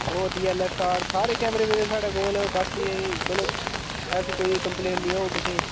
ओह् D L S R सारे कैमरे पैदे साढ़ै कोल बाकी मतलब ऐसी कोई कम्प्लेन नी औग तुसेंगी